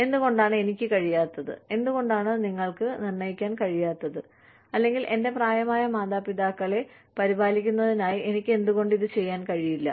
എന്തുകൊണ്ടാണ് എനിക്ക് കഴിയാത്തത് എന്തുകൊണ്ടാണ് നിങ്ങൾക്ക് നിർണ്ണയിക്കാൻ കഴിയാത്തത് അല്ലെങ്കിൽ എന്റെ പ്രായമായ മാതാപിതാക്കളെ പരിപാലിക്കുന്നതിനായി എനിക്ക് എന്തുകൊണ്ട് ഇത് ചെയ്യാൻ കഴിയില്ല